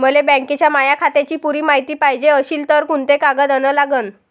मले बँकेच्या माया खात्याची पुरी मायती पायजे अशील तर कुंते कागद अन लागन?